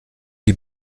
die